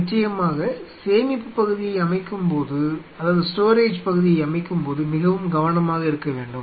நிச்சயமாக சேமிப்பு பகுதியை அமைக்கும் போது மிகவும் கவனமாக இருக்க வேண்டும்